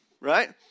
right